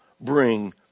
bring